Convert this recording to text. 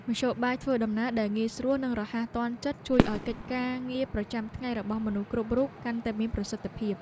មធ្យោបាយធ្វើដំណើរដែលងាយស្រួលនិងរហ័សទាន់ចិត្តជួយឱ្យកិច្ចការងារប្រចាំថ្ងៃរបស់មនុស្សគ្រប់រូបកាន់តែមានប្រសិទ្ធភាព។